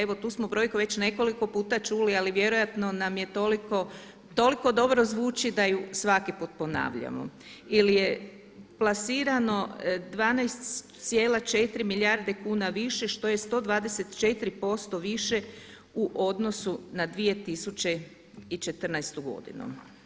Evo tu smo brojku već nekoliko puta čuli, ali vjerojatno nam je toliko dobro zvuči da je svaki put ponavljamo, ili je plasirano 12,4 milijarde kuna više što je 124% više u odnosu na 2014. godinu.